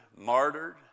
martyred